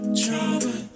trouble